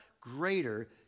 greater